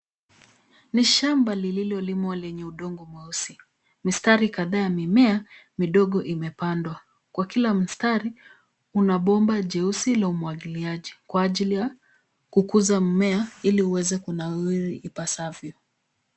Ni shamba lililolimwa lenye udongo mweusi, mistari kadhaa ya mimea midogo imepandwa, kwa kila mistari kua bomba jeusi la umwagiliaji kwa ajili ya kukuza mmea ili uweze kunawiri ipasavyo.